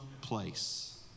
place